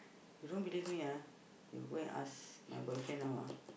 you don't believe me ah you go and ask my boyfriend now ah